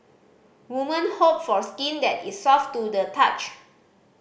woman hope for skin that is soft to the touch